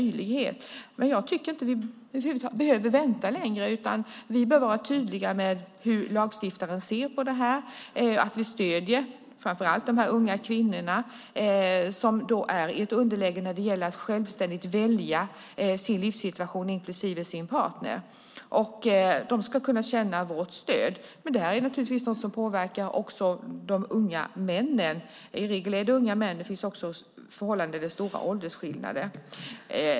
Jag tycker inte att vi behöver vänta längre. Vi bör vara tydliga med hur lagstiftaren ser på detta, att vi stöder dessa unga kvinnor som är i ett underläge när det gäller att självständigt välja sin livssituation inklusive sin partner. De ska kunna känna vårt stöd. Detta är naturligtvis också något som påverkar de unga männen. I regel är det unga män, men det finns också förhållanden med stora åldersskillnader.